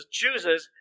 chooses